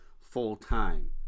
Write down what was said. full-time